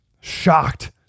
shocked